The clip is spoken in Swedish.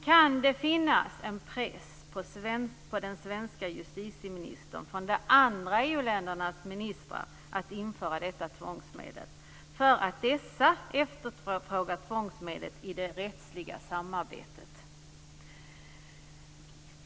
Kan det finnas en press på den svenska justitieministern från de andra EU-ländernas ministrar att införa detta tvångsmedel för att dessa efterfrågar tvångsmedlet i det rättsliga samarbetet?